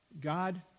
God